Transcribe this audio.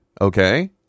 okay